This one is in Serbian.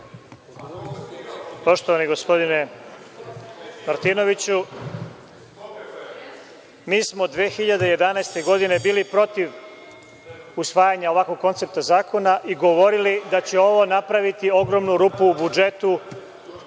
Poštovani gospodine Martinoviću, mi smo 2011. godine bili protiv usvajanja ovakvog koncepta zakona i govorili da će ovo napraviti ogromnu rupu u budžetu